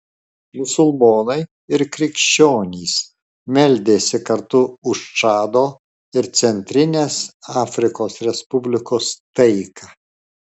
musulmonai ir krikščionys meldėsi kartu už čado ir centrinės afrikos respublikos taiką